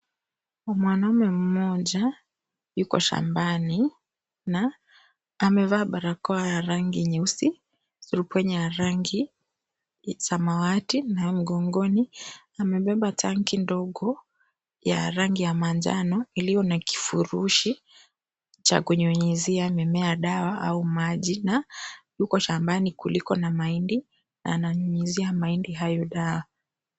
Mwanamume mmoja yuko shambani na amevaa barakoa ya rangi nyeusi, surupwenye ya rangi samawati na mgongoni amebeba tanki ndogo ya rangi ya manjano iliyo na kifurushi cha kunyunyizia mimea dawa au maji na yuko shambani kuliko na mahindi na ananyunyizia mahindi hayo dawa.